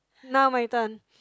now my turn